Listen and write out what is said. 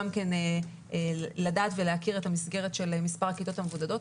לדעת ולהכיר את המסגרת של מספר הכיתות המבודדות,